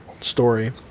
story